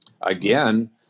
again